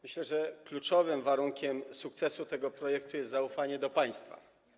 Myślę, że kluczowym warunkiem sukcesu tego projektu jest zaufanie do państwa.